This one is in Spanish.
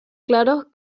claros